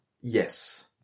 Yes